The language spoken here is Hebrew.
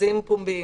מכרזים פומביים.